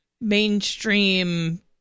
mainstream